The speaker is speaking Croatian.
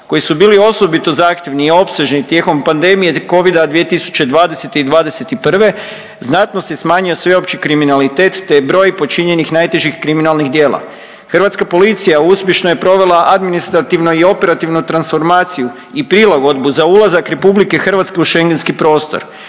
koji su bili osobito zahtjevni i opsežni tijekom pandemije covida 2020. i '21. znatno se smanjio sveopći kriminalitet te broj počinjenih najtežih kriminalnih djela. Hrvatska policija uspješno je provela administrativno i operativnu transformaciju i prilagodbu za ulazak RH u Schengenski prostor.